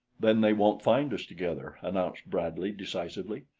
then they won't find us together, announced bradley decisively.